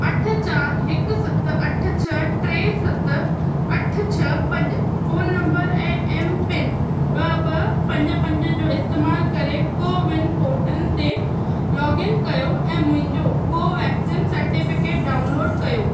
अठ चार हिकु सत अठ छह टे सत अठ छह पंज फ़ोन नंबर ऐं एमपिन ॿ ॿ पंज पंज जो इस्तेमाल करे कोविन पोर्टल ते लोगइन कयो ऐं मुंहिंजो कोवैक्सीन सर्टिफिकेट डाउनलोड कयो